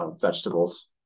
vegetables